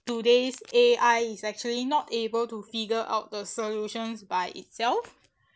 today's A_I is actually not able to figure out the solutions by itself